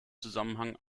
zusammenhang